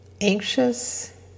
anxious